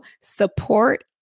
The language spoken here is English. support